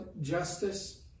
justice